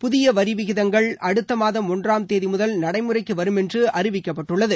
புதிய வரி விகிதங்கள் அடுத்த மாதம் ஒன்றாம் தேதி முதல் நடைமுறைக்கு வரும் என்று அறிவிக்கப்பட்டுள்ளது